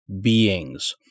beings